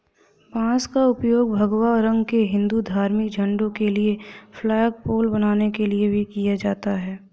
बांस का उपयोग भगवा रंग के हिंदू धार्मिक झंडों के लिए फ्लैगपोल बनाने के लिए भी किया जाता है